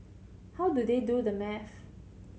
how do they do the maths